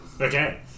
Okay